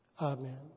Amen